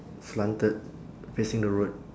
slanted facing the road